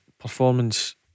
performance